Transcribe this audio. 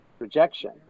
rejection